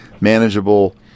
manageable